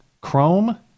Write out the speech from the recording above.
Chrome